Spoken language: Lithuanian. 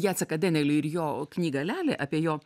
jaceką denielį ir jo knygą lelę apie jo